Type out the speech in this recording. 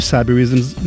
Cyberism's